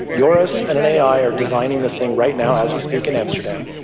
joris and an ai are designing this thing right now, as we speak, in amsterdam.